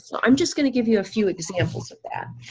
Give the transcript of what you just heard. so i'm just gonna give you a few examples of that.